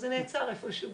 זה נעצר איפה שהוא,